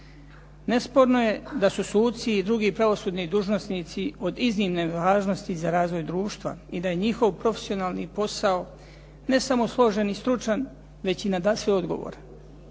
Nesporno je da su suci i drugi pravosudni dužnosnici od iznimne važnosti za razvoj društva i da je njihov profesionalni posao ne samo složen i stručan već i nadasve odgovoran.